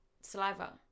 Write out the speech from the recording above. saliva